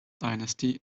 dynasty